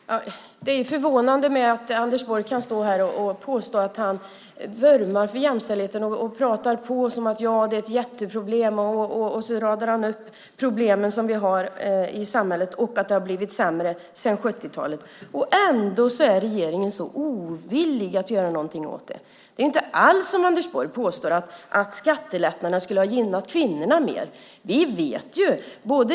Herr talman! Det är förvånande att Anders Borg kan stå har och påstå att han vurmar för jämställdheten. Han pratar på om att det är ett jätteproblem. Sedan radar han upp de problem som vi har i samhället och säger att det har blivit sämre. Ändå är regeringen så ovillig att göra någonting åt det. Det är inte alls som Anders Borg påstår att skattelättnaderna skulle ha gynnat kvinnorna mer.